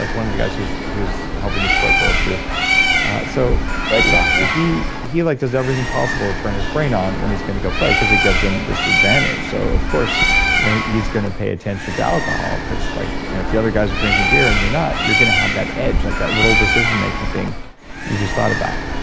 like one of the guys who's who's helping to support bulletproof so great guy, yeah he he like does everything possible to turn his brain on when he's going to go play, because it gives him this advantage, so of course you know he's going to pay attention to alcohol. like you know if the other guys are drinking beer and you're not, you're going to have that edge, like that little decision-making thing you just thought about